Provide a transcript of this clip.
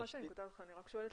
אני רק שואלת,